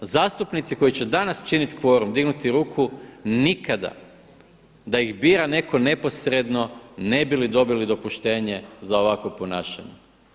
Zastupnici koji će danas činiti kvorum, dignuti ruku nikada da ih bira netko neposredno ne bi dobili dopuštenje za ovakvo ponašanje.